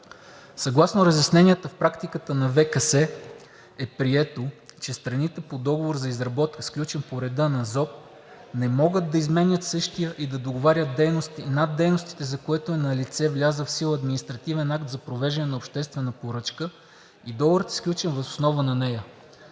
„Съгласно разясненията в практиката на ВКС е прието, че страните по договор, сключен по реда на ЗОП, не могат да изменят същия и да договарят над дейностите, за което е налице влязъл в сила административен акт за провеждане на обществена поръчка и договорът е сключен въз основа на нея.